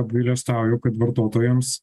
apgailestauju kad vartotojams